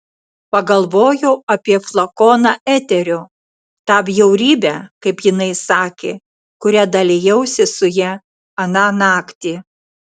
pagalvojau apie flakoną eterio tą bjaurybę kaip jinai sakė kuria dalijausi su ja aną naktį